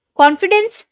confidence